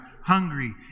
Hungry